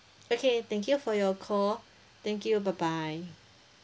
okay thank you for your call thank you bye bye